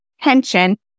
tension